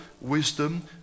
wisdom